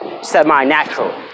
semi-natural